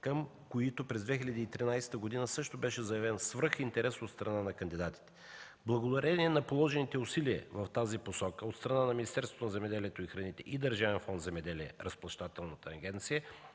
към които през 2013 г. също беше заявен свръх 3интерес от страна на кандидатите. Благодарение на положените усилия в тази посока от страна на Министерството на земеделието